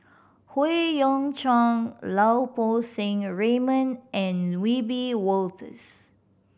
Howe Yoon Chong Lau Poo Seng Raymond and Wiebe Wolters